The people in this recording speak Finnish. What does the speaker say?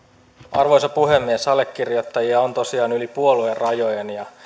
arvoisa puhemies allekirjoittajia on tosiaan yli puoluerajojen ja